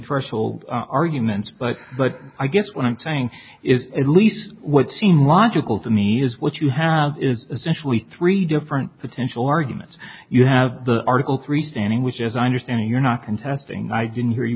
threshold arguments but but i guess what i'm saying is at least what seemed logical to me is what you have is essentially three different potential arguments you have the article three standing which is i understand you're not contesting i didn't hear you